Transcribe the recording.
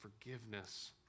forgiveness